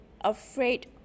afraid